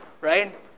Right